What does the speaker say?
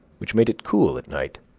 which made it cool at night.